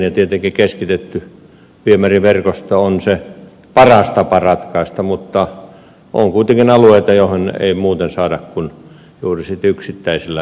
tietenkin keskitetty viemäriverkosto on se paras tapa ratkaista asia mutta on kuitenkin alueita joille ei muuten saada kuin juuri yksittäisiä puhdistusmenetelmiä